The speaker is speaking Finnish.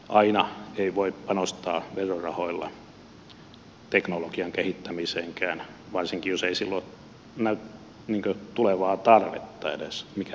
aina ei voi panostaa verorahoilla teknologian kehittämiseenkään varsinkaan jos ei sillä näy tulevaa tarvetta edes mikä hyödyttäisi omaa kansantaloutta